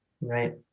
Right